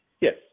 Yes